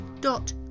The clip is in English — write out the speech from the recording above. dot